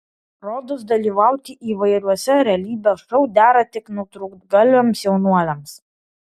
rodos dalyvauti įvairiuose realybės šou dera tik nutrūktgalviams jaunuoliams